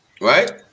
right